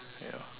ya